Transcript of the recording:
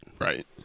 Right